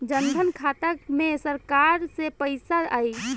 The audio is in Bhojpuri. जनधन खाता मे सरकार से पैसा आई?